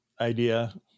idea